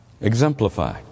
Exemplify